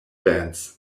bands